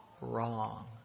wrong